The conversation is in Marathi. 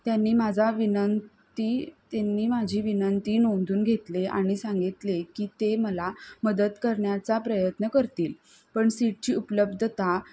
त्यांनी माझा विनंती त्यांनी माझी विनंती नोंदून घेतले आणि सांगितले की ते मला मदत करण्याचा प्रयत्न करतील पण सीटची उपलब्धता